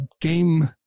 game